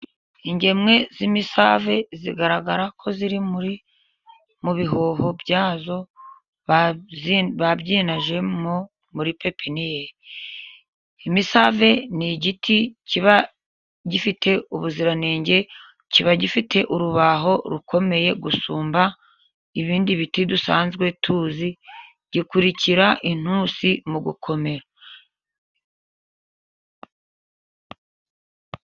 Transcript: Ingemwe z'imisave zigaragara ko ziri muri mu bihuho byazo, babyinajemo muri pepiniyeri. Imisave ni igiti kiba gifite ubuziranenge, kiba gifite urubaho rukomeye gusumba ibindi biti dusanzwe tuzi, gikurikira intusi mu gukomera.